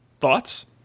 Thoughts